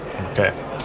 Okay